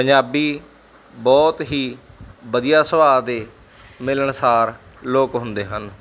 ਪੰਜਾਬੀ ਬਹੁਤ ਹੀ ਵਧੀਆ ਸੁਭਾਅ ਦੇ ਮਿਲਣਸਾਰ ਲੋਕ ਹੁੰਦੇ ਹਨ